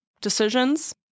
decisions